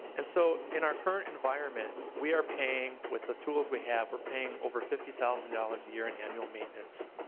and so, in our current environment we are paying, with the tools we have, we're paying over fifty thousand dollars a year in annual maintenance.